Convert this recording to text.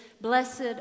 Blessed